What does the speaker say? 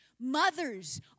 Mothers